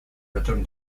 return